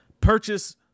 purchase